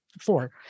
four